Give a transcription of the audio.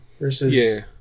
versus